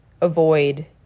avoid